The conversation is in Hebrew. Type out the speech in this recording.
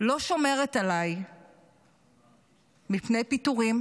לא שומרת עליי מפני פיטורים?